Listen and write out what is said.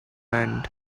end